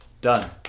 Done